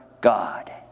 God